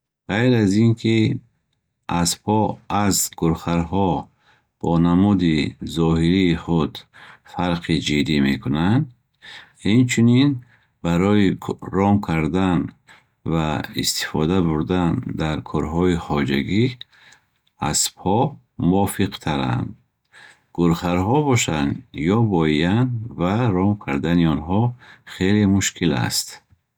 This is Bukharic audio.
Ғайр аз ин, ки аспҳо аз гурхарҳо бо намуди зоҳирии худ фарқи ҷиддӣ мекунанд, инчунин барои ром кардан ва истифода бурдан дар корҳои хоҷагӣ аспҳо мувофиқтаранд. Гурхарҳо бошанд ёбоиянд ва ром кардани онҳо хеле мушкил аст.